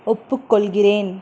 ஒப்புக்கொள்கிறேன்